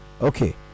Okay